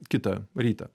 kitą rytą